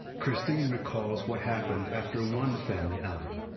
christine recalls what happened after one family outing.